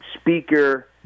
speaker